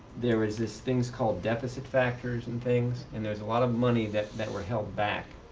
there was this things called deficit factors and things, and there's a lot of money that that were held back